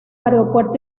aeropuerto